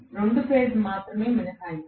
2 phase మాత్రమే మినహాయింపు